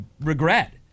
regret